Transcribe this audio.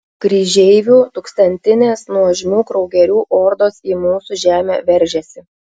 kryžeivių tūkstantinės nuožmių kraugerių ordos į mūsų žemę veržiasi